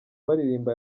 baririmba